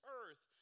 earth